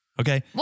okay